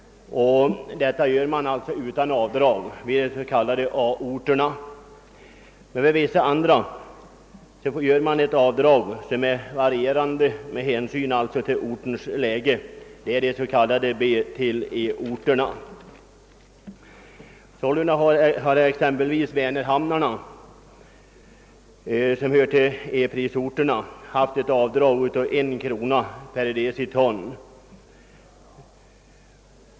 Detta sker utan avdrag i de s.k. A-orterna. För vissa andra orter gör man ett avdrag som varierar med hänsyn till ortens läge. Det är de s.k. B—E-orterna. Sålunda har vänerhamnarna som hör till E-prisorterna haft ett avdrag av en krona per deciton.